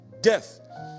death